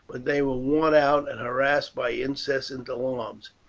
but they were worn out and harassed by incessant alarms.